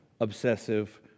obsessive